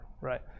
Right